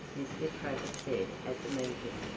mr. travers said at the meeting,